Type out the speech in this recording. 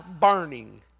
burning